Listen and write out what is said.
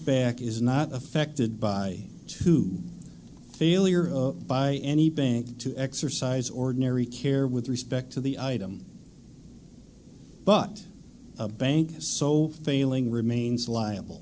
back is not affected by two failure of by any bank to exercise ordinary care with respect to the item but a bank is sole failing remains liable